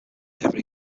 ever